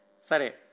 Sare